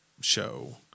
show